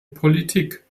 politik